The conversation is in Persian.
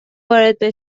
وارد